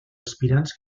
aspirants